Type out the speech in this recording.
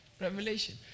Revelation